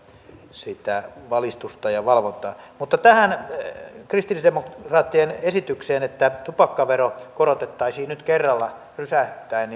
sitä valistusta ja valvontaa mutta tästä kristillisdemokraattien esityksestä että tupakkaveroa korotettaisiin nyt kerralla rysähtäen